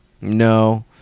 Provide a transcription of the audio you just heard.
No